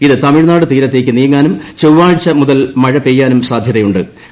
ഇത് തമിഴ്നാട് തീരത്തേക്ക് നീങ്ങാനും ചൊവ്വാഴ്ച മുതൽ മഴ പെയ്യാനും സാധ്യതയു ്